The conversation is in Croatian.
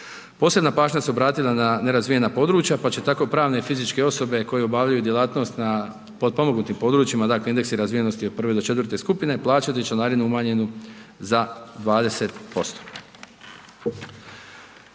Posebna pažnja se obratila na nerazvijena područja, pa će tako pravne i fizičke osobe koje obavljaju djelatnost na potpomognutim područjima, dakle indeksi razvijenosti od 1.-4. skupine, plaćati članarinu umanjenu za 20%.